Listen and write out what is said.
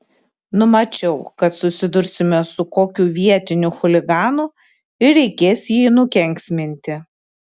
numačiau kad susidursime su kokiu vietiniu chuliganu ir reikės jį nukenksminti